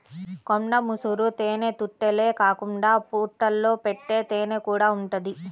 కొండ ముసురు తేనెతుట్టెలే కాకుండా పుట్టల్లో పెట్టే తేనెకూడా ఉంటది